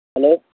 hello